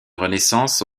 renaissance